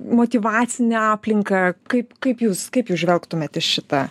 motyvacinę aplinką kaip kaip jūs kaip jūs žvelgtumėt į šitą